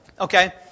okay